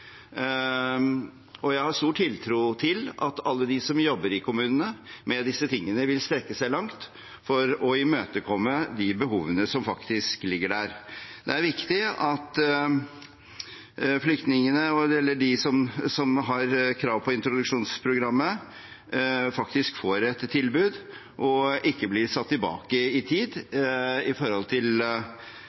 Jeg har stor tiltro til at alle de som jobber i kommunene med disse tingene, vil strekke seg langt for å imøtekomme behovene som ligger der. Det er viktig at de som har krav på introduksjonsprogram, faktisk får et tilbud og ikke blir satt tilbake i tid når det gjelder utviklingen de skal ha for å nærme seg det norske samfunnet. Som sagt, i